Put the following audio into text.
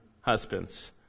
husbands